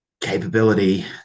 capability